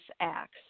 acts